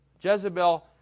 Jezebel